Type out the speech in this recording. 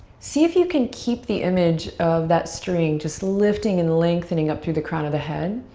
see if you can keep the image of that string just lifting and lengthening up through the crown of the head.